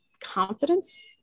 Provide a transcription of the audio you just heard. confidence